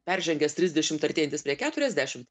peržengęs trisdešimt artėjantis prie keturiasdešim